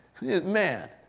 Man